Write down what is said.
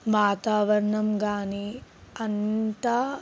వాతావరణం కానీ అంతా